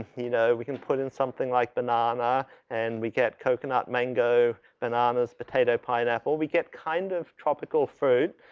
you know, we can put in something like banana and we get coconut, mango, bananas, potato, pineapple. we get kind of tropical food.